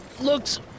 looks